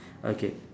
okay